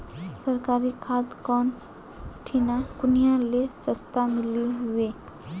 सरकारी खाद कौन ठिना कुनियाँ ले सस्ता मीलवे?